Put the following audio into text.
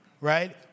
right